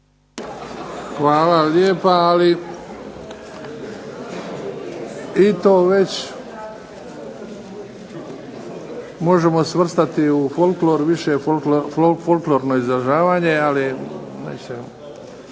Hvala lijepa. Ali i to već možemo svrstati u folklor, više folklorno izražavanje, ali mislim.